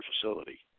facility